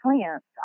plants